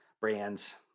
brands